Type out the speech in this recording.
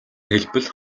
хэлбэл